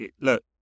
look